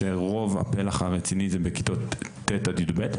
כאשר רוב הפלח הרציני זה בכיתות ט'-י"ב.